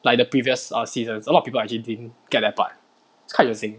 like the previous err seasons a lot of people like actually didn't get that part it's quite the same